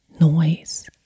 noise